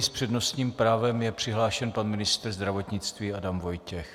S přednostním právem je přihlášen pan ministr zdravotnictví Adam Vojtěch.